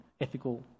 ethical